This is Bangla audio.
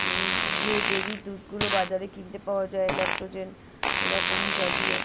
যে বেবির দুধগুলো বাজারে কিনতে পাওয়া যায় ল্যাকটোজেন এরকম জাতীয়